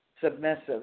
submissive